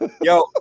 Yo